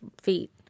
feet